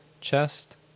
chest